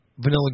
Vanilla